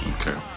Okay